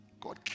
God